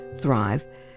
thrive